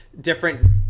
different